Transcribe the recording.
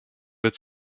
wird